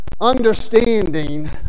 understanding